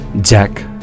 Jack